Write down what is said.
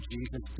Jesus